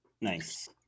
Nice